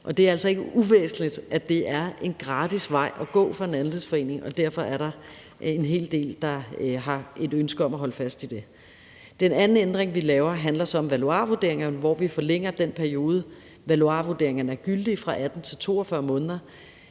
det er altså ikke uvæsentligt, at det er en gratis vej at gå for en andelsforening, og derfor er der en hel del, der har et ønske om at holde fast i det. Den anden ændring, vi laver, handler så om valuarvurderingerne, hvor vi forlænger den periode, valuarvurderingerne er gyldige, fra 18 til 42 måneder.